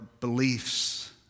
beliefs